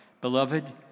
Beloved